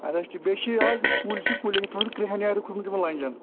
اَدٕ حظ تہِ بیٚیہِ چھِ یہِ حظ یُس کُلۍ چھِ کُلٮ۪ن تھوڑا سُہ کرٛہنیٛار ہِیٛوٗ کھوٚتمُت یِمَن لنٛجن